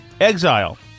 exile